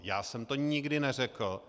Já jsem to nikdy neřekl.